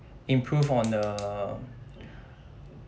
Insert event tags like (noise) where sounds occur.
improve on the (breath)